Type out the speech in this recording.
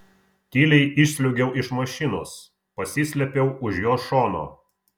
tyliai išsliuogiau iš mašinos pasislėpiau už jos šono